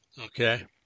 okay